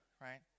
right